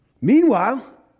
Meanwhile